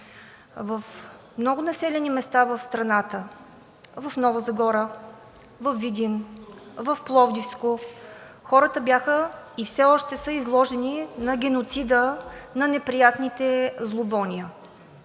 в много населени места в страната – в Нова Загора, във Видин, в Пловдивско, хората бяха и все още са изложени на геноцида на неприятните зловония.